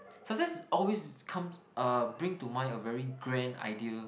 success is always is come uh bring to mind a very grand idea